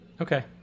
Okay